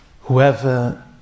Whoever